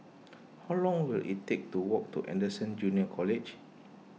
how long will it take to walk to Anderson Junior College